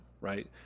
right